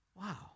Wow